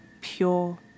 pure